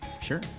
Sure